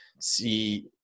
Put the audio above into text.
see